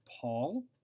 Paul